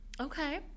Okay